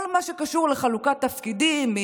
כל מה שקשור לחלוקת תפקידים,